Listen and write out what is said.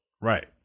right